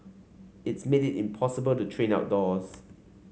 it's made it impossible to train outdoors